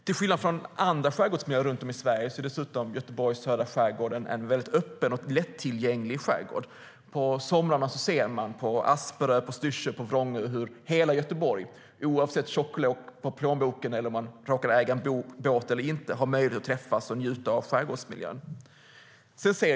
Till skillnad från andra skärgårdsmiljöer runt om i Sverige är Göteborgs södra skärgård dessutom en öppen och lättillgänglig skärgård. På somrarna ser vi på Asperö, Styrsö och Vrångö hur hela Göteborg, oavsett tjocklek på plånbok eller om man råkar äga en båt eller inte, har möjlighet att träffas och njuta av skärgårdsmiljön.